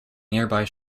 nearby